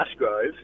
Ashgrove